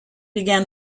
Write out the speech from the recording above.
began